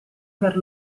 per